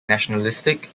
nationalistic